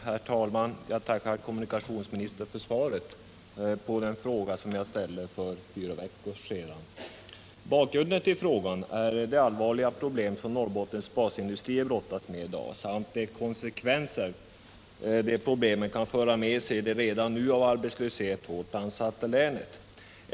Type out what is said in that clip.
Herr talman! Jag tackar kommunikationsministern för svaret på den fråga som jag ställde för fyra veckor sedan. Bakgrunden till frågan är de allvarliga problem som Norrbottens basindustrier brottas med i dag samt de konsekvenser som de problemen kan föra med sig i det redan nu av arbetslöshet hårt ansatta länet.